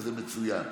וזה מצוין,